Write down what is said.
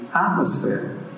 atmosphere